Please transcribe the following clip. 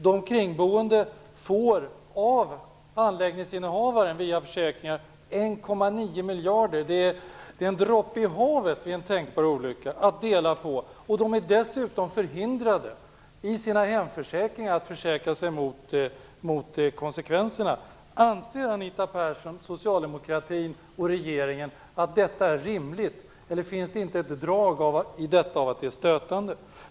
De kringboende får av anläggningsinnehavaren via försäkringar 1,9 miljarder. Det är en droppe i havet vid en tänkt olycka att dela på. De är dessutom förhindrade att i sina hemförsäkringar försäkra sig mot konsekvenserna. Anser Anita Persson, socialdemokratin och regeringen att detta är rimligt? Är inte detta stötande?